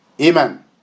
Amen